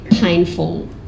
painful